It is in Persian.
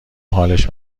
حالش